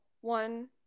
one